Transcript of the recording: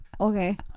Okay